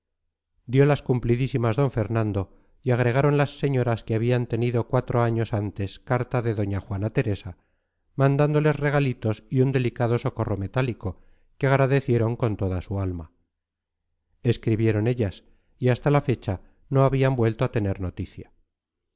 idiáquez diolas cumplidísimas d fernando y agregaron las señoras que habían tenido cuatro años antes carta de doña juana teresa mandándoles regalitos y un delicado socorro metálico que agradecieron con toda su alma escribieron ellas y hasta la fecha no habían vuelto a tener noticia